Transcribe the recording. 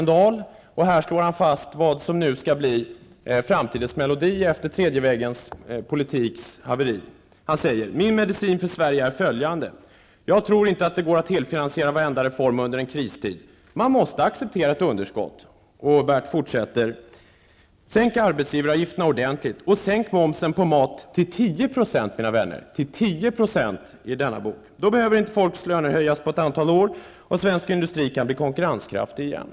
Där slår han fast vad som nu skall bli framtidens melodi efter haveriet för tredje vägens politik. Bert Karlsson skriver där: ''Min medicin för Sverige är följande: jag tror inte att det går att helfinansiera varenda reform under en kristid. Man måste acceptera ett underskott.'' Bert Karlsson fortsätter: ''sänk arbetsgivaravgiften ordentligt och sänk momsen på mat till tio procent.'' -- Observera, mina vänner: till 10 %!-- ''Då behöver inte folks löner höjas på ett antal år och svensk industri kan bli konkurrenskraftig igen.''